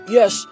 Yes